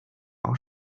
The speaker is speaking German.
auch